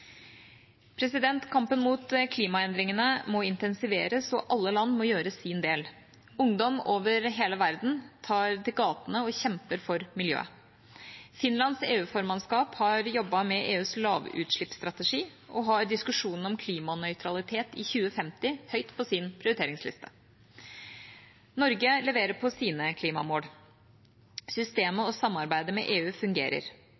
Kampen mot klimaendringene må intensiveres, og alle land må gjøre sin del. Ungdom over hele verden tar til gatene og kjemper for miljøet. Finlands EU-formannskap har jobbet med EUs lavutslippsstrategi og har diskusjonen om klimanøytralitet i 2050 høyt på sin prioriteringsliste. Norge leverer på sine klimamål. Systemet og samarbeidet med EU fungerer.